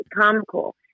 comical